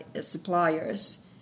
suppliers